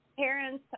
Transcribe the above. parents